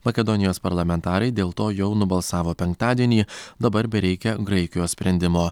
makedonijos parlamentarai dėl to jau nubalsavo penktadienį dabar bereikia graikijos sprendimo